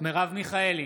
מרב מיכאלי,